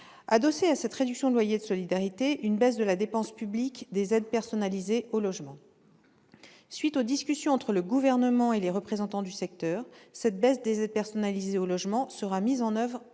adossée à cette réduction de loyer de solidarité, une baisse de la dépense publique des aides personnalisées au logement. À la suite des discussions entre le Gouvernement et les représentants du secteur, cette baisse des aides personnalisées au logement sera mise en oeuvre